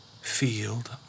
field